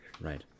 Right